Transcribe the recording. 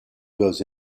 goes